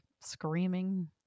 screaming